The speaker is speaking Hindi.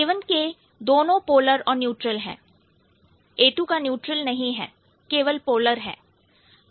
A1 के दोनों पोलर और न्यूट्रल है A2 का न्यूट्रल नहीं है केवल पोलर है